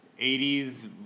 80s